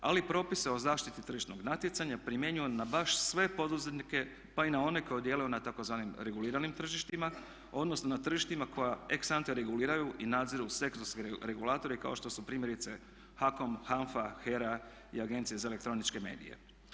Ali propise o zaštiti tržišnog natjecanja primjenjuje na baš sve poduzetnike pa i na one koji djeluju na tzv. reguliranim tržištima odnosno na tržištima koja ex ante reguliraju i nadziru sektorske regulatore kao što su primjerice HAKOM, HANFA, HERA i Agencija za elektroničke medije.